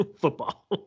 football